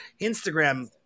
Instagram